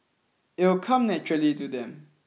it'll come naturally to them